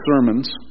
sermons